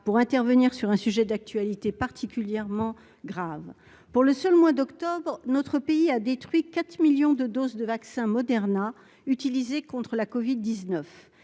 pour intervenir sur un sujet d'actualité particulièrement grave pour le seul mois d'octobre, notre pays a détruit 4 millions de doses de vaccin Moderna utilisé contre la Covid 19